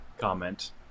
comment